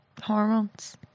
hormones